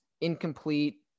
incomplete